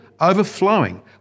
overflowing